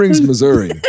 Missouri